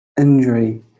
injury